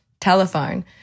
telephone